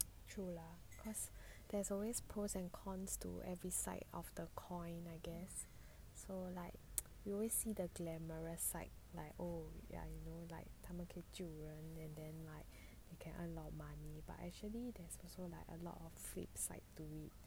true lah cause there's always pros and cons to every side of the coin I guess so like you always see the glamorous side like oh ya like you know like 他们可以救人 and then like can earn a lot of money but actually there's also like a lot of flip side to it